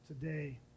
today